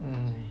mm